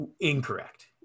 incorrect